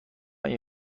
این